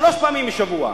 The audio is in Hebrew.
שלוש פעמים בשבוע.